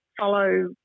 follow